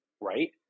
right